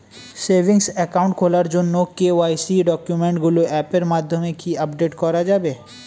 Savings account খোলার জন্য KYC ডকুমেন্টগুলো অ্যাপের মাধ্যমে কি আপডেট করা যাবে?